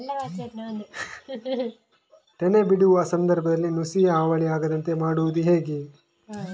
ತೆನೆ ಬಿಡುವ ಸಂದರ್ಭದಲ್ಲಿ ನುಸಿಯ ಹಾವಳಿ ಆಗದಂತೆ ಮಾಡುವುದು ಹೇಗೆ?